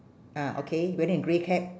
ah okay wearing a grey cap